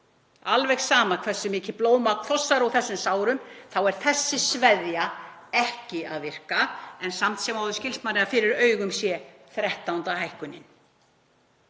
Alveg sama hversu mikið blóðmagn kemur úr þessum sárum er þessi sveðja ekki að virka en samt sem áður skilst manni að fyrir augum sé þrettánda hækkunin.